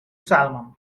salmon